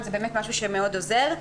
אלא זה משהו שעוזר מאוד.